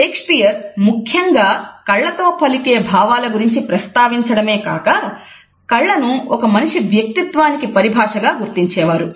Shakespeare ముఖ్యంగా కళ్ళతో పలికే భావాల గురించి ప్రస్తావించడమే కాక కళ్లను ఒక మనిషి వ్యక్తిత్వానికి పరిభాష గా గుర్తించేవారు